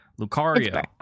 Lucario